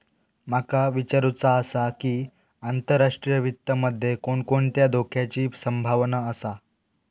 माका विचारुचा आसा की, आंतरराष्ट्रीय वित्त मध्ये कोणकोणत्या धोक्याची संभावना आसा?